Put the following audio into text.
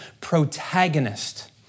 protagonist